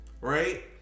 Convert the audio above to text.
right